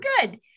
good